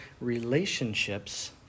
relationships